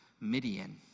Midian